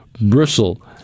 bristle